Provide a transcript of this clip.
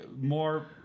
more